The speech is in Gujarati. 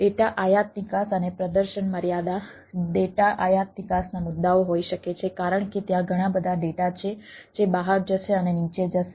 ડેટા આયાત નિકાસ અને પ્રદર્શન મર્યાદા ડેટા આયાત નિકાસના મુદ્દાઓ હોઈ શકે છે કારણ કે ત્યાં ઘણા બધા ડેટા છે જે બહાર જશે અને નીચે જશે